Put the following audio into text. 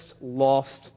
lost